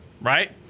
Right